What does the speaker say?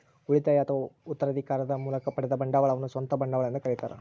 ಉಳಿತಾಯ ಅಥವಾ ಉತ್ತರಾಧಿಕಾರದ ಮೂಲಕ ಪಡೆದ ಬಂಡವಾಳವನ್ನು ಸ್ವಂತ ಬಂಡವಾಳ ಎಂದು ಕರೀತಾರ